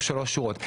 הוא שלוש שורות.